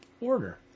order